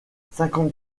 cinquante